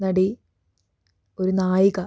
നടി ഒരു നായിക